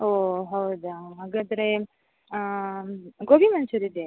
ಓಹ್ ಹೌದಾ ಹಾಗಾದರೆ ಗೋಬಿ ಮಂಚೂರಿ ಇದೆಯೇ